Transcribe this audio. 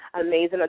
amazing